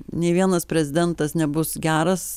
nei vienas prezidentas nebus geras